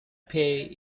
pay